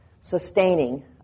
sustaining